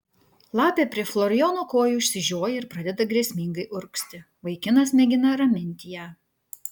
lapė prie florijono kojų išsižioja ir pradeda grėsmingai urgzti vaikinas mėgina raminti ją